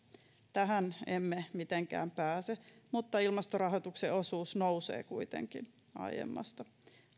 tähän emme mitenkään pääse mutta ilmastorahoituksen osuus nousee kuitenkin aiemmasta